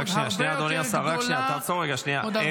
זה לא נכון, זה לא נכון.